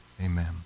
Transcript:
Amen